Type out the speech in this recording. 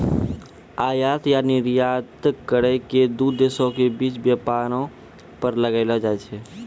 आयात या निर्यात करो के दू देशो के बीच व्यापारो पर लगैलो जाय छै